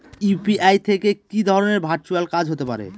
UPI থেকে কি ধরণের ভার্চুয়াল কাজ হতে পারে?